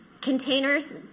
containers